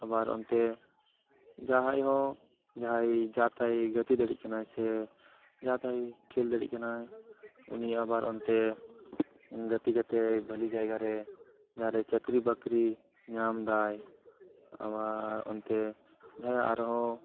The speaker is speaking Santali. ᱟᱵᱟᱨ ᱚᱱᱛᱮ ᱡᱟᱦᱟᱸᱭ ᱦᱚᱸ ᱡᱟᱦᱟᱸᱭ ᱡᱟ ᱛᱟᱭ ᱜᱟᱛᱮ ᱫᱟᱲᱮᱭᱟᱜ ᱠᱟᱱᱟᱭ ᱥᱮ ᱡᱟ ᱛᱟᱭ ᱠᱷᱮᱞ ᱫᱟᱲᱮᱭᱟᱜ ᱠᱟᱱᱟᱭ ᱩᱱᱤ ᱟᱵᱟᱨ ᱚᱱᱛᱮ ᱜᱟᱛᱮ ᱠᱟᱛᱮ ᱵᱷᱟᱹᱞᱤ ᱡᱟᱭᱜᱟ ᱨᱮ ᱡᱟᱦᱟᱸ ᱨᱮ ᱪᱟᱠᱨᱤ ᱵᱟᱠᱨᱤ ᱧᱟᱢᱫᱟᱭ ᱟᱵᱟᱨ ᱚᱱᱛᱮ ᱡᱟᱦᱟᱸᱭ ᱟᱨ ᱦᱚᱸ